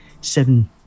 seven